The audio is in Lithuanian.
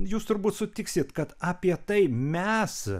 jūs turbūt sutiksit kad apie tai mes